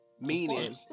meaning